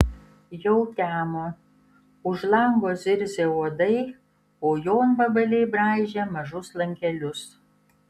jau temo už lango zirzė uodai o jonvabaliai braižė mažus lankelius